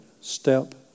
step